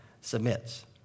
submits